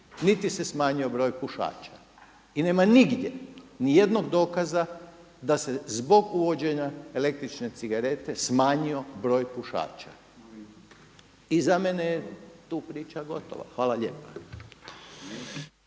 niti se smanjio broj pušača. I nema nigdje nijednog dokaza da se zbog uvođenja električne cigarete smanjio broj pušača i za mene je tu priča gotova. Hvala lijepa.